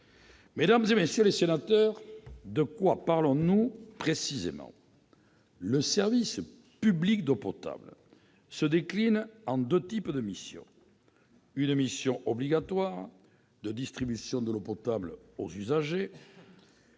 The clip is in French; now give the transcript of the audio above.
Mesdames, messieurs les sénateurs, de quoi parlons-nous précisément ? Le service public d'eau potable se décline en deux types de missions : une mission obligatoire de distribution de l'eau potable aux usagers